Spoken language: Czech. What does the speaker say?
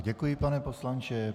Děkuji, pane poslanče.